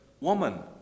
Woman